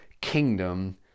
Kingdom